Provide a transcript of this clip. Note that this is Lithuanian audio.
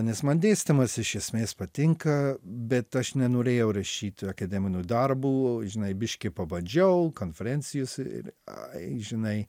nes man dėstymas iš esmės patinka bet aš nenorėjau rašyt akademinių darbų žinai biškį pabandžiau konferencijos ir ai žinai